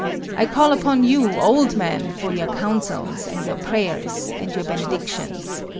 i call upon you, old men, for your counsels, and your prayers, and your benedictions.